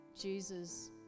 Jesus